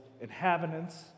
inhabitants